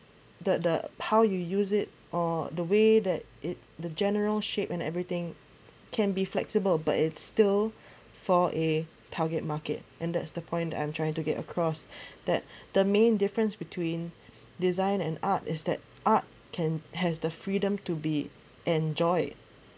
the the how you use it or the way that it the general shape and everything can be flexible but it's still for a target market and that's the point I'm trying to get across that the main difference between design and art is that art can has the freedom to be enjoyed